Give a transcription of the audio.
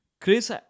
Chris